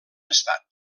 estat